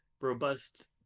robust